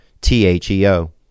T-H-E-O